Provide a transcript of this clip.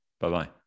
Bye-bye